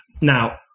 Now